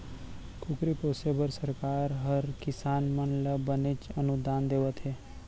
कुकरी पोसे बर सरकार हर किसान मन ल बनेच अनुदान देवत हे